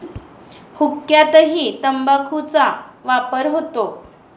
हुक्क्यातही तंबाखूचा वापर होतो